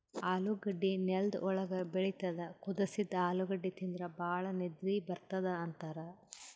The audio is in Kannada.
ಆಲೂಗಡ್ಡಿ ನೆಲ್ದ್ ಒಳ್ಗ್ ಬೆಳಿತದ್ ಕುದಸಿದ್ದ್ ಆಲೂಗಡ್ಡಿ ತಿಂದ್ರ್ ಭಾಳ್ ನಿದ್ದಿ ಬರ್ತದ್ ಅಂತಾರ್